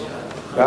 2010, נתקבל.